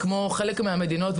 כמו חלק מהמדינות,